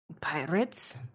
Pirates